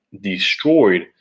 destroyed